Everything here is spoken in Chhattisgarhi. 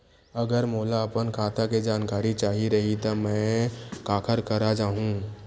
अगर मोला अपन खाता के जानकारी चाही रहि त मैं काखर करा जाहु?